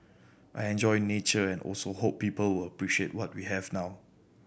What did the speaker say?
I enjoy nature and also hope people will appreciate what we have now